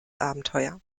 abenteuer